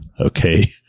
okay